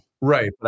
Right